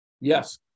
Yes